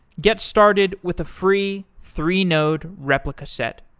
get started with a free three-node replica set.